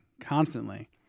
constantly